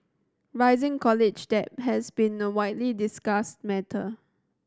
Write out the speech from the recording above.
rising college debt has been a widely discussed matter